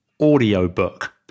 audiobook